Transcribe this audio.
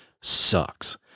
sucks